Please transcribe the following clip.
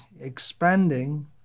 expanding